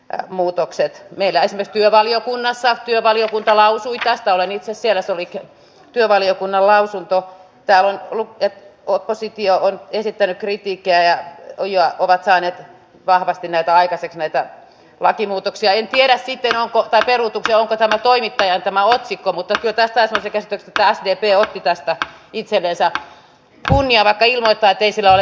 nämä muutokset neljäs työvaliokunnassa työvaliokunta lausui tästä olen itse siellä se olikin työvaliokunnan lausuntoa täällä ollut teko oppositio on esittänyt kritiikkiä ja kujia ovat saaneet vahvasti ne tai käsitin että lakimuutoksia en tiedä sitten onko tai perutut joukot on toimittaja tämä otsikko mutta mitäs tää selvitetty kaas je te otti tästä itsellensä chunia rattailla tai ei sitä ole